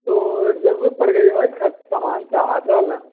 तो ज़रूरत पड़ गई है भाई हर सामान का ले लें